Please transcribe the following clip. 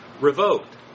revoked